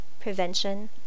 prevention